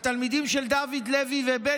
התלמידים של דוד לוי וזאב